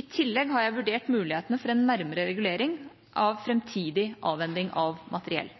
I tillegg har jeg vurdert mulighetene for en nærmere regulering av framtidig avhending av materiell.